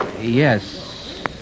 Yes